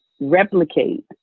replicate